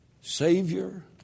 Savior